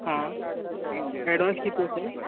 हां ॲडव्हान्स किती असेल